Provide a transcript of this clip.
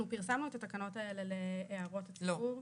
אנחנו פרסמנו את התקנות האלה להערות הציבור.